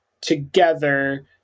together